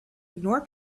ignore